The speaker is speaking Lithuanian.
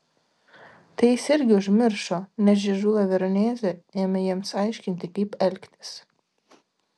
tai jis irgi užmiršo nes žiežula veronezė ėmė jiems aiškinti kaip elgtis